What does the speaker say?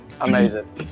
Amazing